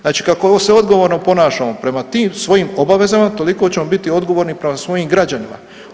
Znači kako se odgovorno ponašamo prema tim svojim obavezama, toliko ćemo biti odgovorni prema svojim građanima.